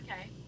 Okay